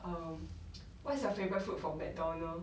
um what's your favourite food from McDonald's